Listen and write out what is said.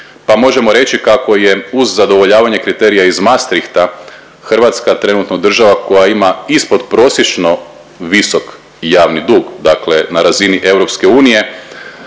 pa možemo reći kako je uz zadovoljavanje kriterija iz Maastrichta Hrvatska trenutno država koja ima ispod prosječno visok javni dug. Dakle, na razini EU je